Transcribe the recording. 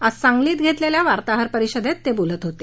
आज सांगलीत घेतलेल्या वार्ताहरपरिषदेत ते बोलत होते